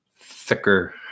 thicker